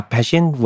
Passion